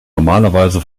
normalerweise